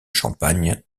champagne